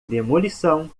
demolição